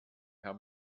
herr